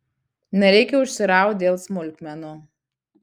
nereikia užsiraut dėl smulkmenų